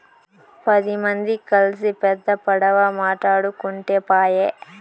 పది మంది కల్సి పెద్ద పడవ మాటాడుకుంటే పాయె